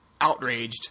outraged